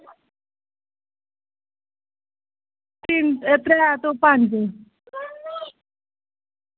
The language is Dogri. त्रैऽ टू पंज